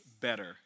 better